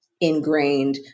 ingrained